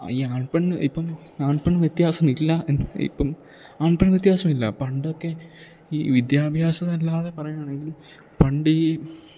ഈ ആൺപെൺ ഇപ്പം ആൺപെൺ വ്യത്യാസം ഇല്ല ഇപ്പം ആൺപെൺ വ്യത്യാസമില്ല പണ്ടൊക്കെ ഈ വിദ്യാഭ്യാസം അല്ലാതെ പറയുകയാണെങ്കിൽ പണ്ട് ഈ